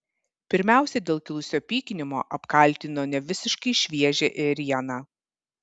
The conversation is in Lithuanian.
pirmiausia dėl kilusio pykinimo apkaltino nevisiškai šviežią ėrieną